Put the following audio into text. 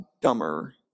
dumber